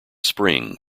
spring